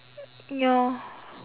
ya